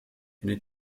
eine